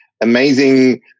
amazing